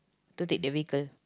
to take the vehicle